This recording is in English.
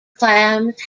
clams